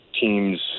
teams